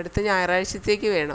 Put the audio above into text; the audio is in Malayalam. അടുത്ത ഞായറാഴ്ചത്തേക്ക് വേണം